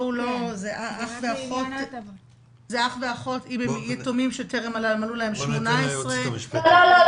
זה אח ואחות אם הם יתומים שטרם מלאו להם 18. לא,